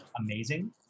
amazing